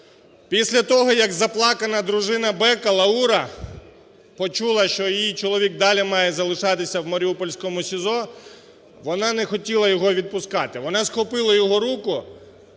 після того як заплакана дружина "Бека" Лаура почула, що її чоловік далі має залишатися в маріупольському СІЗО вона не хотіла його відпускати, вона схопила його руку